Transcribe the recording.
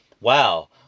wow